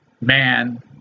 man